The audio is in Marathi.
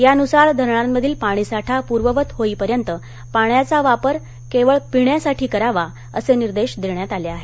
यानुसार धरणांमधील पाणीसाठा पूर्ववत होईपर्यंत पाण्याचा वापर केवळ पिण्यासाठी करावा असे निर्देश देण्यात आले आहेत